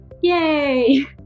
Yay